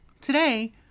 Today